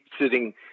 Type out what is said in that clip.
sitting